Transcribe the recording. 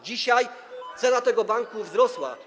Dzisiaj cena tego banku wzrosła.